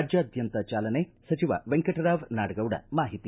ರಾಜ್ನಾದ್ಯಂತ ಚಾಲನೆ ಸಚಿವ ವೆಂಕಟರಾವ್ ನಾಡಗೌಡ ಮಾಹಿತಿ